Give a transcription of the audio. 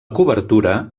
cobertura